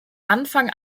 anfang